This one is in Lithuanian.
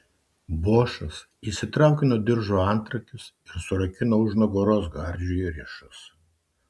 bošas išsitraukė nuo diržo antrankius ir surakino už nugaros hardžiui riešus